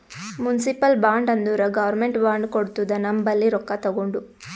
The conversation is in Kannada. ಮುನ್ಸಿಪಲ್ ಬಾಂಡ್ ಅಂದುರ್ ಗೌರ್ಮೆಂಟ್ ಬಾಂಡ್ ಕೊಡ್ತುದ ನಮ್ ಬಲ್ಲಿ ರೊಕ್ಕಾ ತಗೊಂಡು